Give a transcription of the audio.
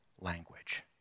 language